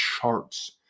charts